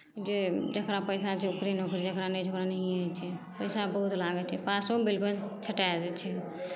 जे जकरा पैसा छै ओकरे नौकरी छै जकरा नहि छै ओकरा नहिए छै पैसा बहुत लागै छै पासो होयके बाद छँटाए जाइ छै